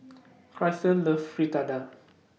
Krystle loves Fritada